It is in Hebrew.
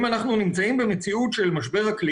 אם אנחנו נמצאים במציאות של משבר אקלים